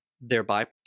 thereby